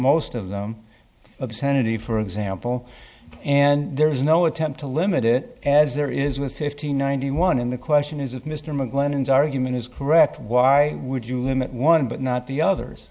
most of them obscenity for example and there is no attempt to limit it as there is with fifty ninety one in the question is that mr mcglennon is argument is correct why would you limit one but not the others